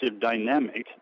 dynamic